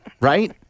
Right